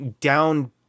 down